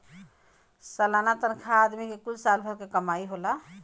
सलाना तनखा आदमी के कुल साल भर क कमाई होला